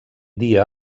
dia